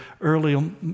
early